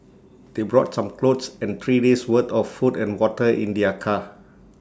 they brought some clothes and three days' worth of food and water in their car